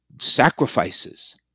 sacrifices